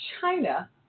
China